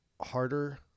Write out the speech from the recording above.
harder